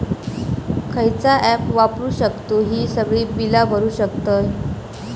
खयचा ऍप वापरू शकतू ही सगळी बीला भरु शकतय?